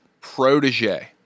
protege